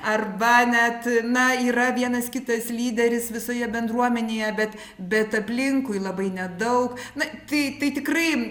arba net na yra vienas kitas lyderis visoje bendruomenėje bet bet aplinkui labai nedaug na tai tai tikrai